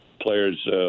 players